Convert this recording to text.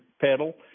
pedal